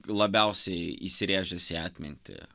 labiausiai įsirėžęs į atmintį